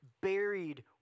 buried